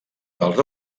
dels